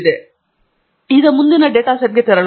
ಈಗ ನಾನು ನಿಮಗೆ ತೋರಿಸಲು ಬಯಸುವ ಮುಂದಿನ ಡೇಟಾ ಸೆಟ್ಗೆ ತೆರಳೋಣ